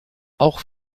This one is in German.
auch